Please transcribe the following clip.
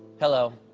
hello.